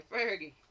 Fergie